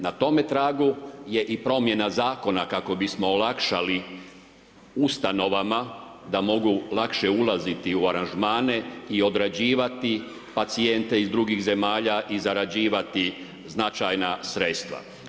Na tome tragu je i promjena zakona kako bismo olakšali ustanovama da mogu lakše ulaziti u aranžmane i određivati pacijente iz drugih zemalja i zarađivati značajna sredstva.